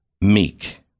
Meek